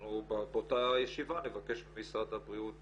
אנחנו באותה ישיבה נבקש ממשרד הבריאות